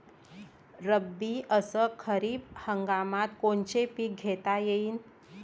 रब्बी अस खरीप हंगामात कोनचे पिकं घेता येईन?